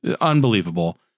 Unbelievable